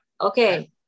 okay